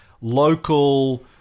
local